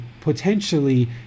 potentially